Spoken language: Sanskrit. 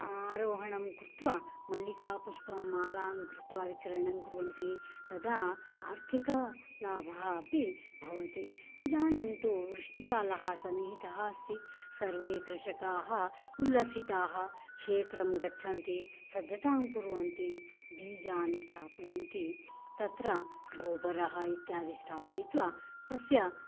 आरोहणं कृत्वा मल्लिकापुष्पं मालां कृत्वा विक्रयणं कुर्वन्ति तदा आर्थिकलाभः अपि भवति इदानीं तु वृष्ठिकालः सन्निहितः सर्वे कृषिकाः उल्लसिताः क्षेत्रं गच्छन्ति सज्जतां कुर्वन्ति बीजानि स्थापयन्ति तत्र गोबरः इत्यादि स्थापयित्वा तस्य